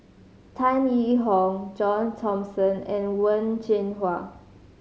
Tan Yee Hong John Thomson and Wen Jinhua